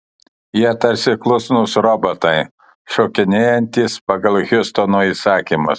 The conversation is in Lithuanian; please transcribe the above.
jie tarsi klusnūs robotai šokinėjantys pagal hiustono įsakymus